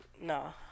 no